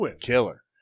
Killer